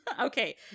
okay